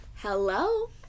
Hello